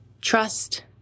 trust